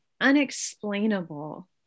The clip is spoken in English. unexplainable